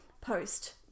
post